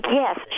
Yes